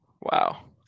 Wow